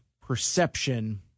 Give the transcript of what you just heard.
perception